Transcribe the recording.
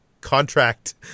contract